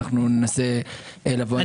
ננסה לבוא.